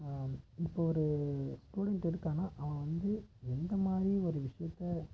இப்போ ஒரு ஸ்டூடெண்ட் இருக்கானா அவன் வந்து எந்த மாதிரி ஒரு விஷயத்தை